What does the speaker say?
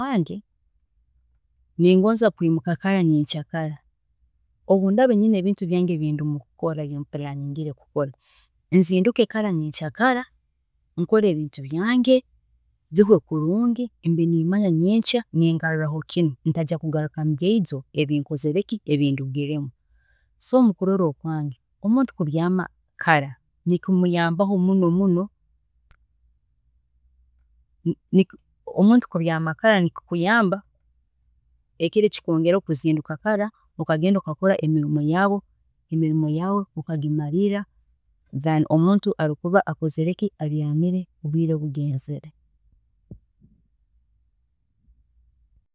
Ningonza kwimuka kara nyenkya kara, obu ndaaba nyine ebintu bingi ebinkwenda kukora, nzinduke kara nyenkya kara, nkore ebintu byange, bihwe kurungi manye nyenkya nimarraho kinu, ntaija kugaruka mubyeijo ebindemerege, so mukurola okwange omuntu kubyaama kara nikimuyambaho, omuntu kubyaama kara nikikuyamba ekiro ekikwongeraho kuzinduka kara okagenda okakora emirimo yaawe, emirimo yaawe okagimariirra nkoku omuntu aba akozire plan yokukorramu emirimo ye